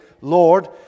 Lord